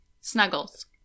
Snuggles